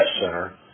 Center